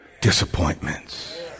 disappointments